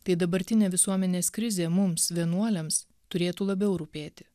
tai dabartinė visuomenės krizė mums vienuoliams turėtų labiau rūpėti